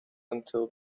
until